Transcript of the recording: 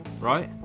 right